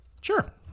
Sure